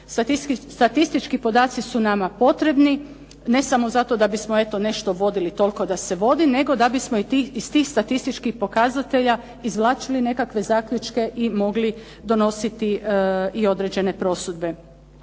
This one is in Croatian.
Statistički podaci su nama potrebni, ne samo zato da bismo eto nešto vodili toliko da se vodi, nego da bismo iz tih statističkih pokazatelja izvlačili nekakve zaključke i mogli donositi i određene prosudbe.